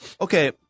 okay